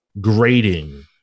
grading